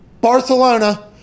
Barcelona